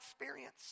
experience